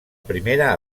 primera